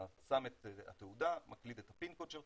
אתה שם את התעודה, מקליד את ה- pin codeשלך,